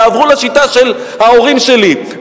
תעברו לשיטה של ההורים שלי,